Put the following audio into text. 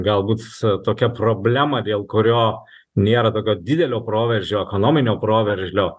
galbūt tokia problema dėl kurio nėra tokio didelio proveržio ekonominio proveržio